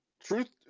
truth